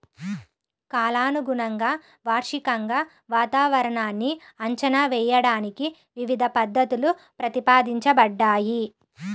కాలానుగుణంగా, వార్షికంగా వాతావరణాన్ని అంచనా వేయడానికి వివిధ పద్ధతులు ప్రతిపాదించబడ్డాయి